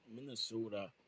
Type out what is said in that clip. Minnesota